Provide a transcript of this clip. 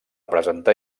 presentar